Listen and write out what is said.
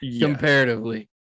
comparatively